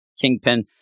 Kingpin